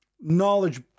knowledge